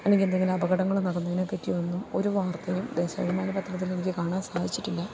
അല്ലെങ്കില് എന്തെങ്കിലും അപകടങ്ങൾ നടന്നതിനെപ്പറ്റിയൊന്നും ഒരു വാർത്തയും ദേശാഭിമാനി പത്രത്തില് എനിക്കു കാണാൻ സാധിച്ചിട്ടില്ല